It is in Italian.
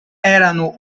erano